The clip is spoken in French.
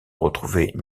retrouver